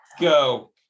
Go